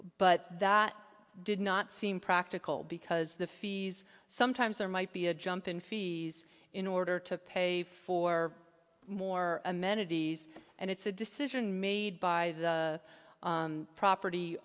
but that did not seem practical because the fees sometimes there might be a jump in fees in order to pay for more amenities and it's a decision made by the property